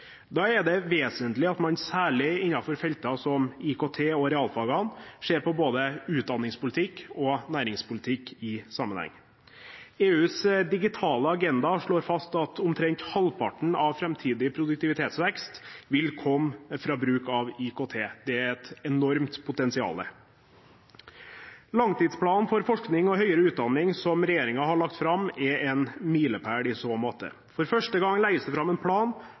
Da er det vesentlig at man særlig innenfor felter som IKT og realfagene ser både utdanningspolitikk og næringspolitikk i sammenheng. EUs digitale agenda slår fast at omtrent halvparten av framtidig produktivitetsvekst vil komme fra bruk av IKT. Det er et enormt potensial. Langtidsplanen for forskning og høyere utdanning som regjeringen har lagt fram, er en milepæl i så måte. For første gang legges det fram en plan